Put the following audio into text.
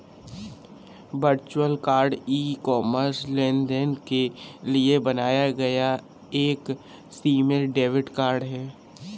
virtual card e commerce लेनदेन के लिए बनाया गया एक सीमित डेबिट कार्ड है